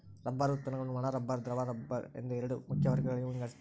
rubber ಉತ್ಪನ್ನಗುಳ್ನ ಒಣ rubber ದ್ರವ ರಬ್ಬರ್ ಎಂದು ಎರಡು ಮುಖ್ಯ ವರ್ಗಗಳಾಗಿ ವಿಂಗಡಿಸ್ತಾರ